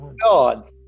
God